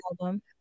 album